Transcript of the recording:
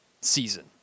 season